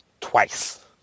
twice